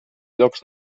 llocs